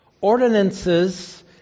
ordinances